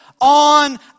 on